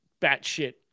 batshit